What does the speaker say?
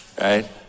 right